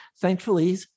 Thankfully